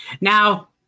Now